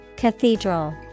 Cathedral